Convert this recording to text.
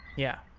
yeah.